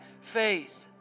faith